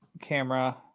camera